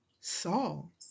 Saul